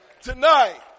Tonight